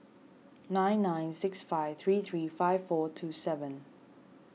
nine nine six five three three five four two seven